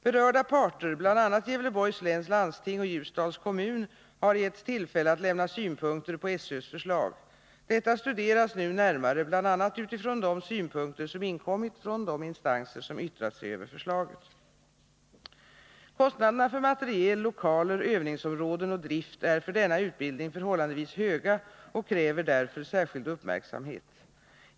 Berörda parter, bl.a. Gävleborgs läns landsting och Ljusdals kommun, har getts tillfälle att lämna synpunkter på SÖ:s förslag. Detta studeras nu närmare bl.a. utifrån de synpunkter som inkommit från de instanser som yttrat sig över förslaget. Kostnaderna för materiel, lokaler, övningsområden och drift är för denna utbildning förhållandevis höga och kräver därför särskild uppmärksamhet.